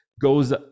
goes